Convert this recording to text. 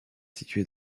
située